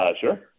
Sure